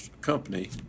company